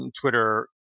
twitter